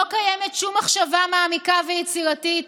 לא קיימת שום מחשבה מעמיקה ויצירתית